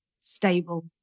stable